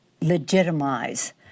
legitimize